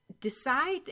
decide